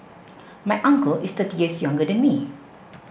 my uncle is thirty years younger than me